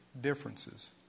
differences